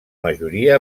majoria